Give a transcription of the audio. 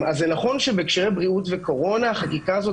אז זה נכון שבהקשרים של בריאות וקורונה החקיקה הזאת,